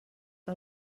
que